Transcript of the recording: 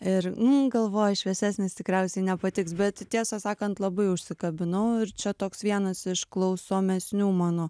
ir um galvoju šviesesnis tikriausiai nepatiks bet tiesą sakant labai užsikabinau ir čia toks vienas iš klausomesnių mano